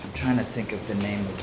trying to think of the name